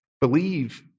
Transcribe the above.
believe